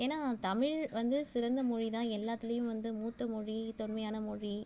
ஏன்னால் தமிழ் வந்து சிறந்த மொழி தான் எல்லாத்துலேயும் வந்து மூத்த மொழி தொன்மையான மொழி